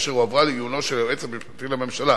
אשר הועברה לעיונו של היועץ המשפטי לממשלה.